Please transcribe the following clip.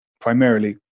primarily